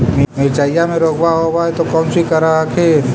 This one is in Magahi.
मिर्चया मे रोग्बा होब है तो कौची कर हखिन?